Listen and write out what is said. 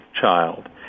child